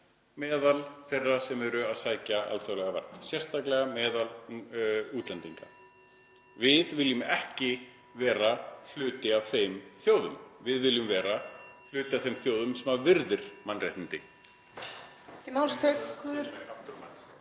meðal þeirra sem eru að sækja um alþjóðlega vernd, sérstaklega meðal útlendinga. (Forseti hringir.) Við viljum ekki vera hluti af þeim þjóðum. Við viljum vera hluti af þeim þjóðum sem virða mannréttindi.